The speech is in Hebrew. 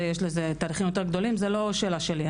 ויש לזה תהליכים יותר גדולים ,זו לא שאלה שלי.